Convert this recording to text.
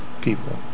people